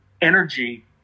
energy